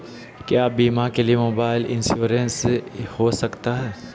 क्या बीमा के लिए मोबाइल इंश्योरेंस हो सकता है?